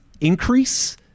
increase